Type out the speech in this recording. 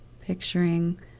Picturing